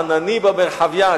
ענני במרחב יה",